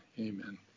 Amen